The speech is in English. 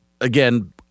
again